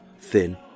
thin